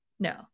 No